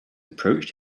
approached